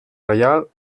reial